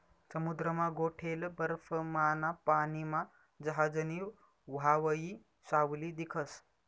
समुद्रमा गोठेल बर्फमाना पानीमा जहाजनी व्हावयी सावली दिखस